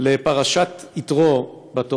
לפרשת יתרו, בתורה,